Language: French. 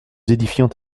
édifiant